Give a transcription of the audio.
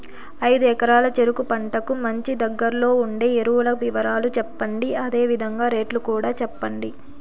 ఐదు ఎకరాల చెరుకు పంటకు మంచి, దగ్గర్లో ఉండే ఎరువుల వివరాలు చెప్పండి? అదే విధంగా రేట్లు కూడా చెప్పండి?